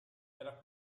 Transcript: era